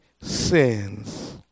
sins